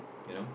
you know